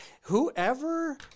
Whoever